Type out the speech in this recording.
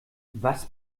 was